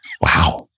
Wow